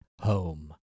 home